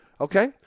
Okay